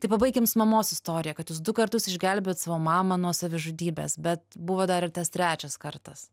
tai pabaikim su mamos istorija kad jūs du kartus išgelbėjot savo mamą nuo savižudybės bet buvo dar ir tas trečias kartas